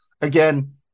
Again